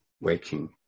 waking